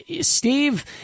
Steve